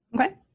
Okay